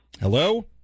Hello